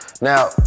Now